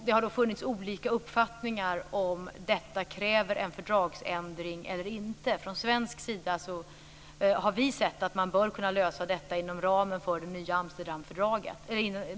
Det har funnits olika uppfattningar om huruvida detta kräver en fördragsändring eller inte. Från svensk sida har vi ansett att man bör kunna lösa detta inom ramen för det nya Amsterdamfördraget.